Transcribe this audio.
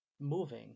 moving